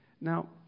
Now